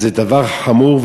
זה דבר חמור,